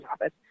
office